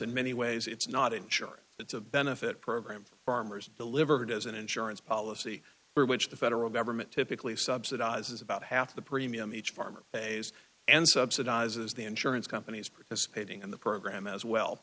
in many ways it's not insurance it's a benefit program for farmers delivered as an insurance policy for which the federal government typically subsidizes about half the premium each farmer and subsidizes the insurance companies participating in the program as well